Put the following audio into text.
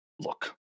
Look